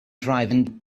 driving